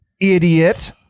Idiot